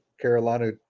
Carolina